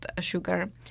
sugar